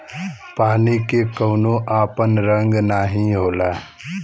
पानी के कउनो आपन रंग नाही होला